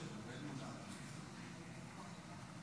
לא פעם שאלתי את עצמי איך עמדנו בכל תלאות הדרך ולא נשברנו.